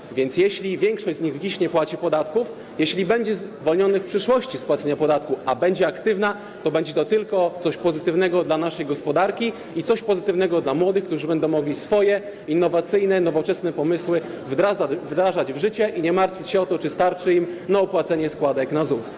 Jeśli więc większość z nich dziś nie płaci podatków, jeśli będzie zwolniona w przyszłości z płacenia podatku, a będzie aktywna, to będzie to tylko coś pozytywnego dla naszej gospodarki i coś pozytywnego dla młodych, którzy będą mogli swoje innowacyjne, nowoczesne pomysły wdrażać w życie i nie martwić się o to, czy starczy im na opłacenie składek na ZUS.